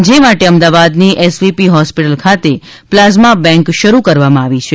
જે માટે અમદાવાદની એસવીપી હોસ્પીટલ ખાતે પ્લાઝમા બેંક શરૂ કરવામાં આવી છે